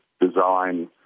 design